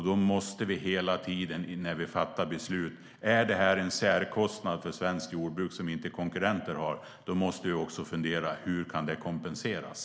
Då måste vi hela tiden när vi fattar beslut ta ställning till att om det här är en särkostnad för svenskt jordbruk som inte konkurrenter har måste vi också fundera på hur det kan kompenseras.